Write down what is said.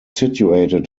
situated